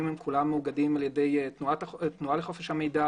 כולם מאוגדים על ידי התנועה לחופש המידע.